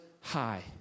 high